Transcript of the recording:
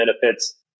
benefits